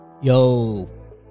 Yo